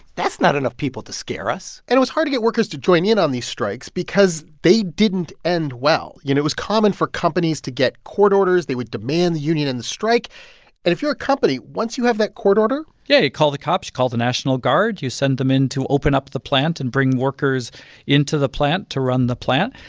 that's not enough people to scare us and it was hard to get workers to join in on these strikes because they didn't end well. you know, it was common for companies to get court orders. they would demand the union end and the strike. and if you're a company, once you have that court order. yeah, you call the cops. you call the national guard. you send them in to open up the plant and bring workers into the plant to run the plant.